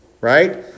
right